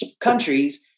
countries